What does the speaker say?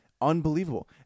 unbelievable